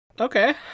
Okay